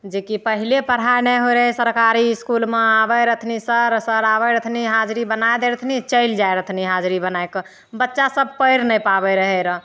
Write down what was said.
जेकि पहिले पढ़ाइ नहि होइ रहै सरकारी इसकुलमे आबै रहथिन सर सर आबै रहथिन हाजरी बनै दै रहथिन चलि जाइ रहथिन हाजरी बनैके बच्चासभ पढ़ि नहि पाबै रहै रऽ